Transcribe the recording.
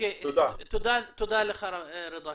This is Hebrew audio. תודה לך, רידא.